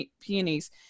peonies